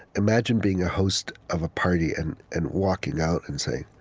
imagine being a host of a party and and walking out and saying,